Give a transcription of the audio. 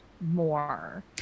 more